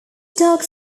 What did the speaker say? dark